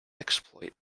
exploit